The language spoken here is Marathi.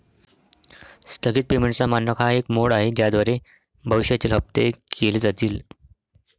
स्थगित पेमेंटचा मानक हा एक मोड आहे ज्याद्वारे भविष्यातील हप्ते केले जातील